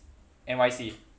N_Y_C